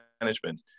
management